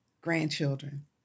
grandchildren